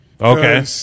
Okay